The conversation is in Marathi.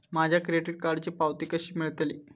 माझ्या क्रेडीट कार्डची पावती कशी मिळतली?